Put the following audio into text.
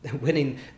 winning